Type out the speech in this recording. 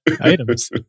items